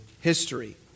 history